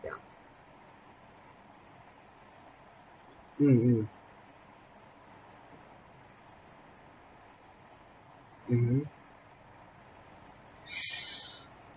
yeah mm mm mmhmm